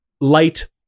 light